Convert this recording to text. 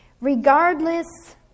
regardless